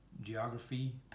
geography